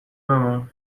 بمون